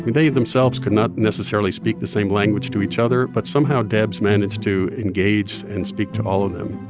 they themselves could not necessarily speak the same language to each other, but somehow debs managed to to engage and speak to all of them.